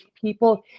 people